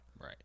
Right